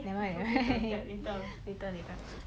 never mind later